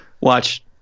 watch